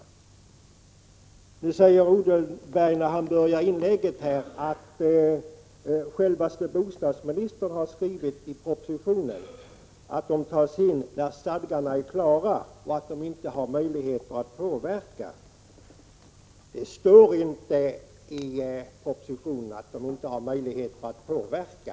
Odenberg säger i början av sitt inlägg att självaste bostadsministern har skrivit i propositionen att medlemmarna tas in när stadgarna är klara och de inte har möjlighet att påverka dessa. Men det står inte i propositionen att de inte har möjligheter att påverka.